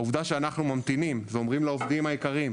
העובדה שאנחנו ממתינים ואומרים לעובדים היקרים,